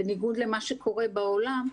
בניגוד למה שקורה בעולם,